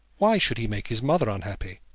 why should he make his mother unhappy?